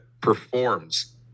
performs